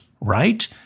right